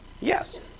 Yes